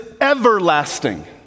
everlasting